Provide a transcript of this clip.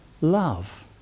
love